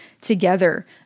together